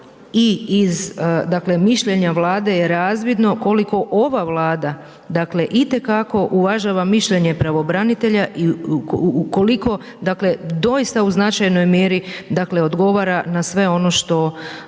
mišljenja Vlade je razvidno koliko ova Vlada, dakle, itekako uvažava mišljenje pravobranitelja i koliko, dakle, doista u značajnoj mjeri, dakle, odgovara na sve ono što